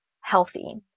healthy